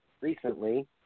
recently